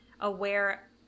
aware